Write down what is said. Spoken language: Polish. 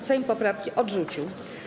Sejm poprawkę odrzucił.